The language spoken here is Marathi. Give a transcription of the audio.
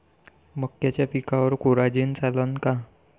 मक्याच्या पिकावर कोराजेन चालन का?